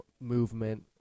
movement